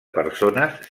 persones